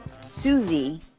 Susie